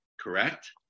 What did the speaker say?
correct